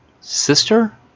sister